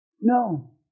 No